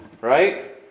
Right